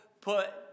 put